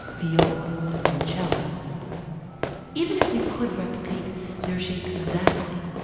violas, and cellos even if we could replicate their shape exactly,